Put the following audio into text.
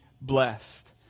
Blessed